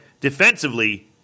defensively